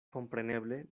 kompreneble